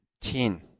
ten